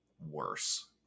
worse